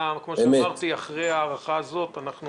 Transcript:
אחרי ההארכה הזאת אנחנו